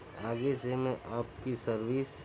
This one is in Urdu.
آگے سے میں آپ کی سروس